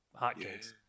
hotcakes